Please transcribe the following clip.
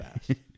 fast